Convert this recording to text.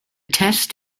test